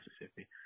Mississippi